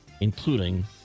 including